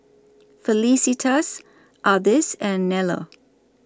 Felicitas Ardyce and Nello